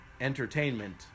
entertainment